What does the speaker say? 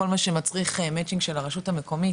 כל מה שמצריך מצ'ינג של הרשות המקומית,